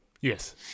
Yes